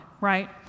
right